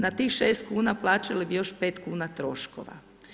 Na tih 6 kn, plaćali bi još 5 kn troškova.